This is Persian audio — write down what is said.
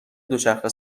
دوچرخه